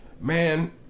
man